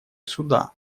суда